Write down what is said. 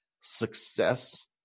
success